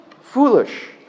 Foolish